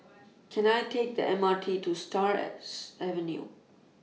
Can I Take The M R T to Stars Avenue